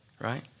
right